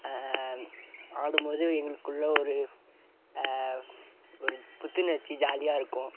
ஆடும் போது எங்களுக்குள்ளே ஒரு ஒரு புத்துணர்ச்சி ஜாலியாக இருக்கும்